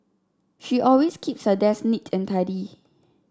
she always keeps her desk neat and tidy